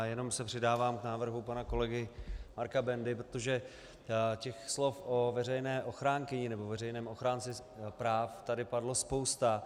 Jenom se přidávám k návrhu pana kolegy Marka Bendy, protože těch slov o veřejné ochránkyni nebo veřejném ochránci práv tady padlo spousta.